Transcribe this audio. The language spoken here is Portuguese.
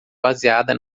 baseada